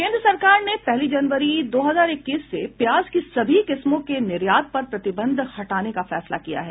केन्द्र सरकार ने पहली जनवरी दो हजार इक्कीस से प्याज की सभी किस्मों के निर्यात पर प्रतिबंध हटाने का फैसला किया है